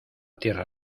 tierra